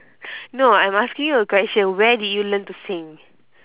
no I'm asking you a question where did you learn to sing